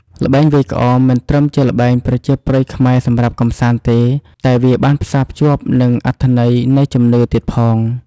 ល្បែងវាយក្អម មិនត្រឹមជាល្បែងប្រជាប្រិយខ្មែរសម្រាប់កម្សាន្តទេ តែវាបានផ្សារភ្ជាប់នឹងអត្ថន័យនៃជំនឿទៀតផង។